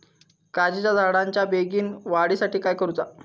काजीच्या झाडाच्या बेगीन वाढी साठी काय करूचा?